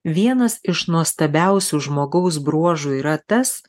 vienas iš nuostabiausių žmogaus bruožų yra tas